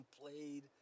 played